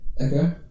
Okay